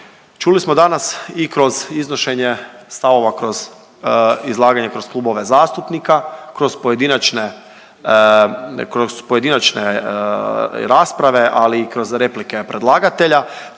Čuli smo danas i kroz iznošenje stavova kroz, izlaganje kroz klubove zastupnika, kroz pojedinačne, kroz pojedinačne rasprave, ali i kroz replike predlagatelja,